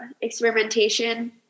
experimentation